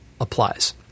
Applies